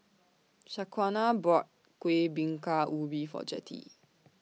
Shaquana bought Kueh Bingka Ubi For Jettie